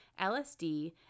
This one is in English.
LSD